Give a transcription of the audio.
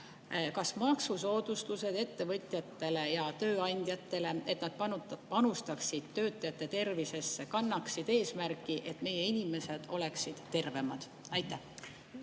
Kas maksusoodustused ettevõtjatele ja tööandjatele, et nad panustaksid töötajate tervisesse, kannavad eesmärki, et meie inimesed oleksid tervemad? Aitäh,